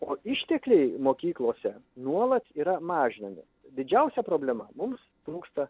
o ištekliai mokyklose nuolat yra mažinami didžiausia problema mums trūksta